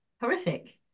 horrific